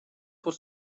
was